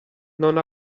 non